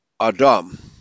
Adam